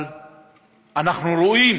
אבל אנחנו רואים